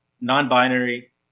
non-binary